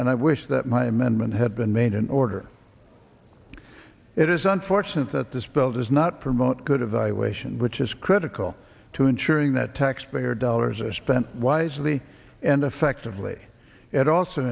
and i wish that my amendment had been made in order it is unfortunate that this bill does not promote good evaluation which is critical to ensuring that taxpayer dollars are spent wisely and effectively it also